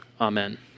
Amen